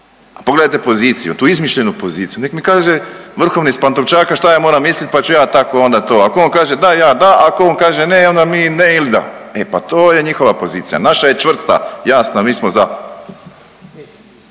Pogledajte poziciju, tu izmišljenu poziciju nek mi kaže vrhovni s Pantovčaka šta ja moram mislit pa ću ja tako onda to, ako on kaže da, ja da, ako on kaže ne onda mi ne ili da. E pa to je njihova pozicija. Naša je čvrsta, jasna, mi smo za.